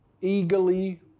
Eagerly